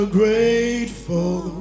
grateful